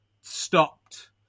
stopped